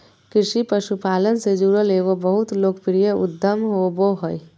कृषि पशुपालन से जुड़ल एगो बहुत लोकप्रिय उद्यम होबो हइ